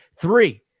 three